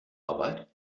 arbeit